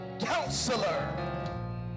counselor